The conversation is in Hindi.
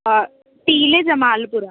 टीले जमालपुर